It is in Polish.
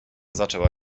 zaczęła